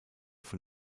von